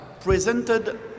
presented